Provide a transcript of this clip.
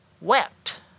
wept